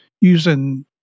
using